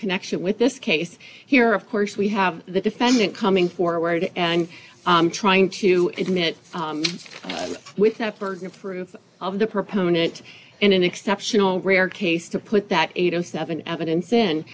connection with this case here of course we have the defendant coming forward and trying to admit with a person of proof of the proponent in an exceptional rare case to put that eight o seven evidence